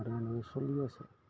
আৰু সেনে চলি আছে